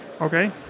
Okay